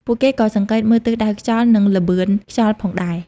ពួកគេក៏សង្កេតមើលទិសដៅខ្យល់ និងល្បឿនខ្យល់ផងដែរ។